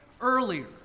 earlier